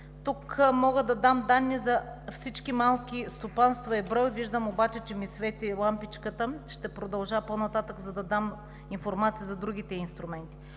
Тук мога да дам данни за всички малки стопанства и брой, обаче виждам, че ми свети лампичката. Ще продължа по-нататък, за да дам информация за другите инструменти.